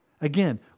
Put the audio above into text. Again